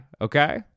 okay